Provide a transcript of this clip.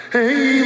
Hey